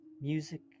Music